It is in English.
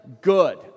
good